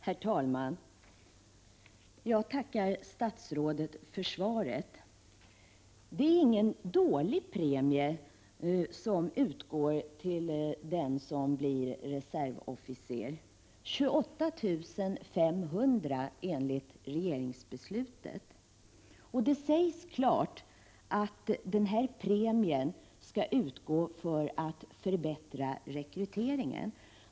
Herr talman! Jag tackar statsrådet för svaret. Det är ingen dålig premie som utgår till den som blir reservofficer —28 500 kr., enligt regeringsbeslutet. Det sägs klart att denna premie skall utgå för att förbättra rekryteringen.